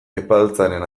epaltzaren